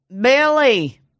Billy